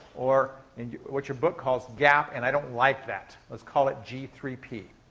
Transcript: or and what your book calls gap, and i don't like that. let's call it g three p.